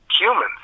humans